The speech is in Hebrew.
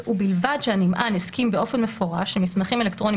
"ובלבד שהנמען הסכים באופן מפורש שמסמכים אלקטרוניים